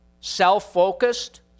self-focused